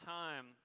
time